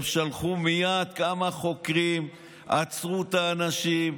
הם שלחו מייד כמה חוקרים, עצרו את האנשים,